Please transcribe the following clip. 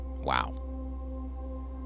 Wow